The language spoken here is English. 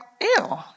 Ew